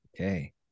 Okay